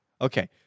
Okay